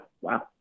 Wow